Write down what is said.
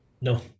No